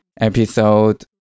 episode